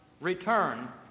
return